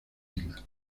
isla